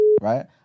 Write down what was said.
right